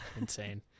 insane